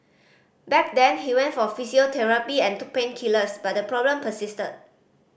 back then he went for physiotherapy and took painkillers but the problem persisted